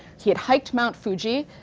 he had hiked mt. fuji,